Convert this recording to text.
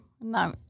no